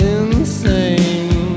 insane